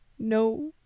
No